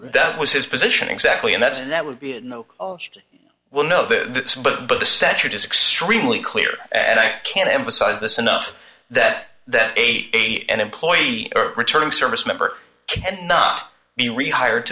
that was his position exactly and that's and that would be a no well no the but but the statute is extremely clear and i can't emphasize this enough that that age and employee returning service member can not be rehired